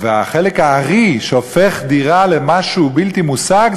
וחלק הארי שהופך דירה למשהו בלתי מושג,